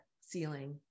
ceiling